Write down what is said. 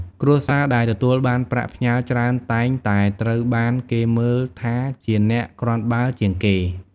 គ្រួសារដែលទទួលបានប្រាក់ផ្ញើច្រើនតែងតែត្រូវបានគេមើលថាជាអ្នកគ្រាន់បើជាងគេ។